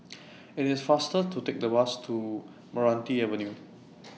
IT IS faster to Take The Bus to Meranti Avenue